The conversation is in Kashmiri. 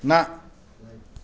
نہَ